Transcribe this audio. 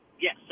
Yes